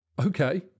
okay